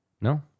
no